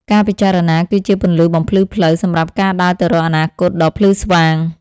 ការពិចារណាគឺជាពន្លឺបំភ្លឺផ្លូវ សម្រាប់ការដើរទៅរកអនាគតដ៏ភ្លឺស្វាង។